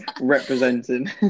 representing